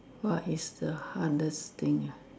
what is the hardest thing ya